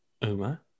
Uma